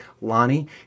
Lonnie